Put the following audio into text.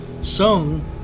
Sung